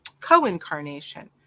co-incarnation